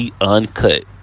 Uncut